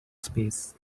space